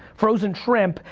frozen shrimp,